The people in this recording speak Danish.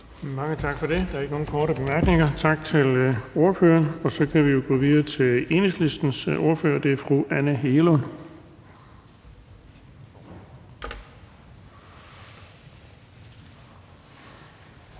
Mange tak for det. Der er ikke nogen korte bemærkninger. Tak til ordføreren. Så kan vi gå videre til Radikale Venstres ordfører, og det er fru Katrine Robsøe. Kl.